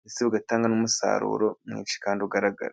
ndetse bugatanga n'umusaruro mwinshi kandi ugaragara.